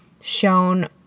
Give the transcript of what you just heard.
shown